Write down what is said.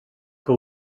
que